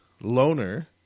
Loner